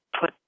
put